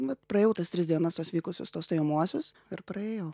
vat praėjau tas tris dienas tuos vykusius tuos stojamuosius ir praėjau